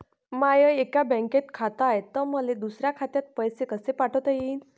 माय एका बँकेत खात हाय, त मले दुसऱ्या खात्यात पैसे कसे पाठवता येईन?